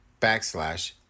backslash